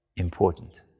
important